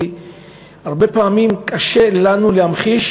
כי הרבה פעמים קשה לנו להמחיש